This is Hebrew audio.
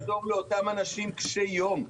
צריך לעזור לאותם אנשים קשי יום.